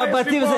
להעיף מבטים.